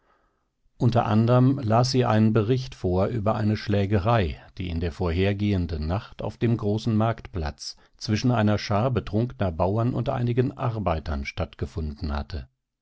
unter anderm las sie einen bericht vor über eine schlägerei die in der vorhergehenden nacht auf dem großen marktplatz zwischen einer schar betrunkner bauern und einigen arbeitern stattgefunden hatte